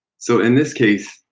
so, in this case,